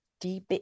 deep